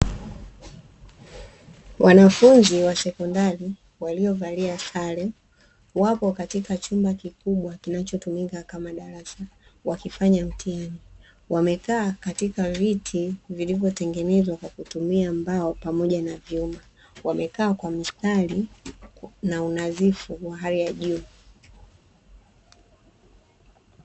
Wanafunzi wa sekondari waliovalia sare wapo katika chumba kikubwa kinachotumika kama darasa wakifanya mtihani. Wamekaa katika viti vilivyotengenezwa kwa kutumia mbao pamoja na vyuma. Wamekaa kwa mistari na unadhifu wa hali ya juu.